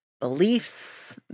beliefs